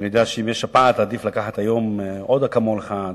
אני יודע שאם יש שפעת עדיף לקחת היום עוד "אקמול" אחד,